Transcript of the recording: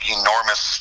enormous